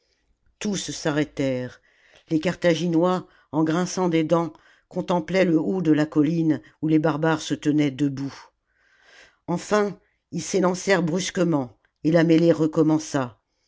tous s'arrêtèrent les carthaginois en grinçant des dents contemplaient le haut de la colline oii les barbares se tenaient debout enfin ils s'élancèrent brusquement et la mêlée recommença